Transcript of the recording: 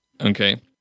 Okay